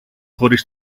χωρίς